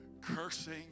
cursing